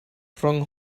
rhwng